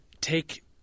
take